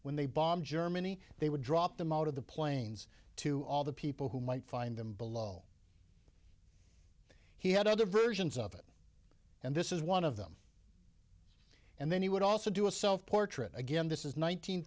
when they bombed germany they would drop them out of the planes to all the people who might find them below he had other versions of it and this is one of them and then he would also do a self portrait again this is